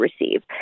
receive